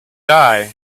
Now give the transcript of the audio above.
die